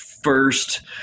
first